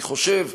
אני חושב,